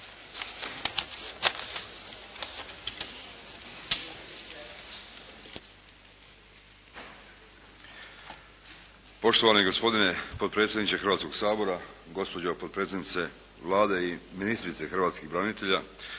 Poštovani gospodine potpredsjedniče Hrvatskoga sabora, gospođo potpredsjednice Vlade i ministrice hrvatskih branitelja,